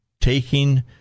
taking